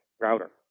router